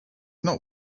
not